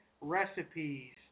recipes